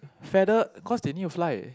feather cause they need to fly